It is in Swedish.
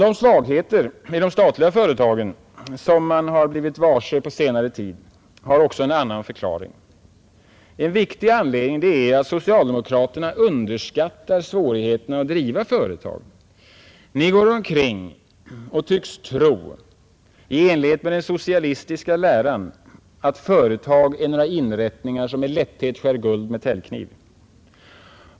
De svagheter i de statliga företag som man har blivit varse på senare tid har emellertid också en annan förklaring. En viktig anledning är att socialdemokraterna underskattar svårigheterna att sköta företag. Ni går omkring och tycks tro, i enlighet med den socialistiska läran, att företag skär guld med täljknivar.